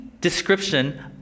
description